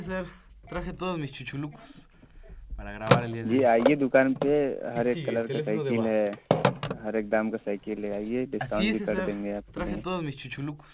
जी आईए दुकान पर हर एक कलर का साइकिल है हर एक दाम का साइकिल है आईए डिस्काउंट भी कर देंगे आपके लिए